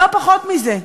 לא פחות מזה.